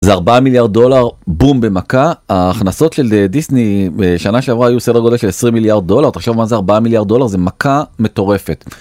זה 4 מיליארד דולר בום במכה, ההכנסות של דיסני בשנה שעברה היו סדר גודל של 20 מיליארד דולר, תחשוב מה זה 4 מיליארד דולר, זה מכה מטורפת.